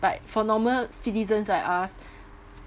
but for normal citizens like us